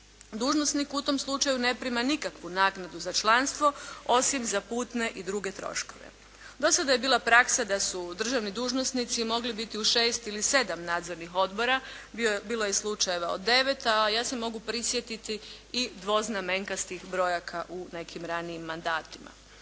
Dužnosnik u tom slučaju ne prima nikakvu naknadu za članstvo, osim za putne i druge troškove. Do sada je bila praksa da su državni dužnosnici mogli biti u šest ili sedam nadzornih odbora, bilo je slučajeva od devet, a ja se mogu prisjetiti i dvoznamenkastih brojaka u nekim ranijim mandatima.